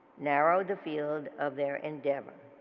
narrowed the field of their endeavor.